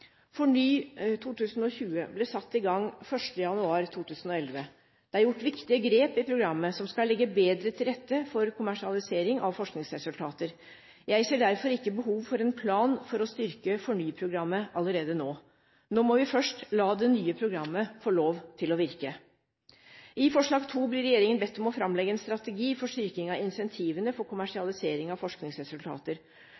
ble satt i gang 1. januar 2011. Det er gjort viktige grep i programmet, som skal legge bedre til rette for kommersialisering av forskningsresultater. Jeg ser derfor ikke behov for en plan for å styrke FORNY-programmet allerede nå. Nå må vi først la det nye programmet få lov til å virke. I punkt 2 i Dokument 8:148S blir regjeringen bedt om å framlegge en strategi for styrking av incentivene for